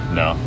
no